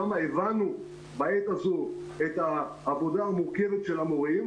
כמה הבנו בעת הזאת את העבודה המורכבת של המורים.